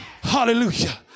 Hallelujah